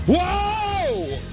Whoa